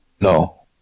No